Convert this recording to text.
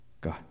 God